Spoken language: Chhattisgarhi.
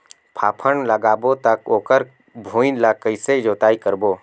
फाफण लगाबो ता ओकर भुईं ला कइसे जोताई करबो?